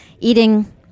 eating